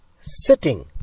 sitting